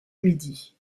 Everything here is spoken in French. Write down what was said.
midi